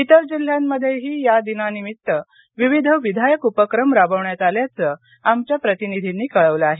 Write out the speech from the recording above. इतर जिल्ह्यांमध्येही या दिनानिमित्त विविध विधायक उपक्रम राबविण्यात आल्याचं आमच्या प्रतिनिधींनी कळवलं आहे